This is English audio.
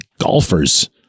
golfers